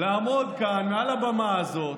לעמוד כאן, מעל הבמה הזאת,